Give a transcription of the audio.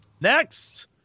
Next